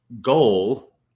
goal